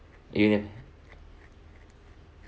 Union